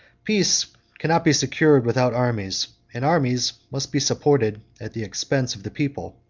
peace cannot be secured without armies and armies must be supported at the expense of the people.